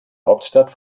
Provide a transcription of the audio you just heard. hauptstadt